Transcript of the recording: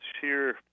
sheer